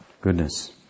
Goodness